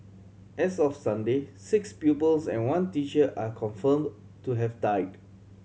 as of Sunday six pupils and one teacher are confirm to have died